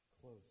close